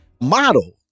model